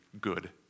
good